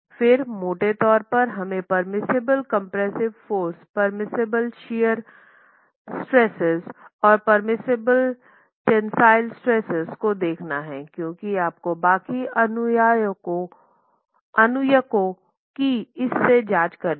फिर मोटे तौर पर हमें पेर्मिसिबल कंप्रेसिव फोर्सपेर्मिसिबल शियर तनाव और पेर्मिसिबल टेंसिल तनाव को देखना है क्योंकि आपको बाकी अनुयको की इससे जांच करनी होगी